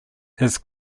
his